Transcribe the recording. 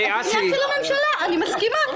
זה עניין של הממשלה, אני מסכימה.